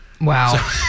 Wow